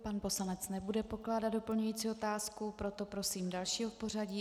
Pan poslanec nebude pokládat doplňující otázku, proto prosím dalšího v pořadí.